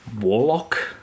Warlock